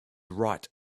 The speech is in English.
right